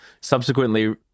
subsequently